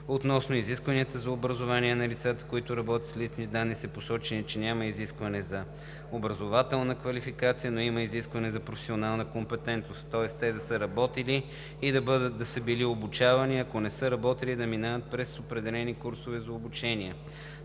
Относно изискванията за образование на лицата, които работят с лични данни се посочи, че няма изискване за образователна квалификация, но има изискване за професионална компетентност, тоест те да са работили и да са били обучавани, а ако не са работили, да минават през определени курсове на обучение.